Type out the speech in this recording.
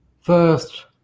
First